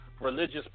Religious